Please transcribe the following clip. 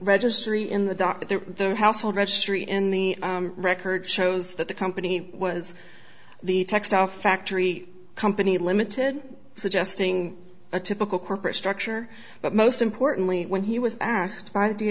registry in the dock at the household registry in the record shows that the company was the textile factory company limited suggesting a typical corporate structure but most importantly when he was